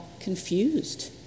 confused